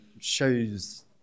shows